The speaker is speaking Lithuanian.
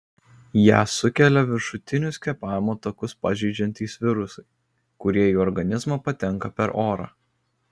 ją sukelia viršutinius kvėpavimo takus pažeidžiantys virusai kurie į organizmą patenka per orą